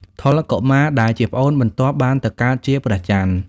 ថុល កុមារ ដែលជាប្អូនបន្ទាប់បានទៅកើតជា ព្រះចន្ទ។